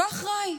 לא אחראי,